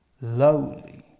lowly